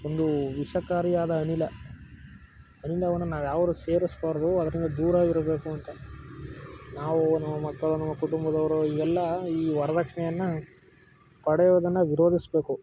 ಒಂದು ವಿಷಕಾರಿಯಾದ ಅನಿಲ ಅನಿಲವನ್ನು ನಾವು ಯಾವಾಗಲೂ ಸೇರಿಸಬಾರ್ದು ಅದರಿಂದ ದೂರ ಇರಬೇಕು ಅಂತ ನಾವು ನಮ್ಮ ಮಕ್ಕಳು ನಮ್ಮ ಕುಟುಂಬದವರು ಇವೆಲ್ಲಾ ಈ ವರ್ದಕ್ಷಿಣೆಯನ್ನ ಪಡೆಯೋದನ್ನು ವಿರೋಧಿಸ್ಬೇಕು